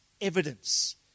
evidence